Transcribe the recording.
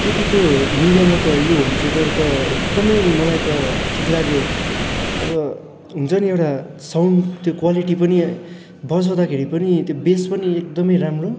त्यतिको मूल्यमा त यो होम थेटर त एकदमै मलाई त ठिक लाग्यो अब हुन्छ नि एउटा साउन्ड त्यो क्वालिटी पनि बजाउँदाखेरि पनि त्यो बेस पनि एकदमै राम्रो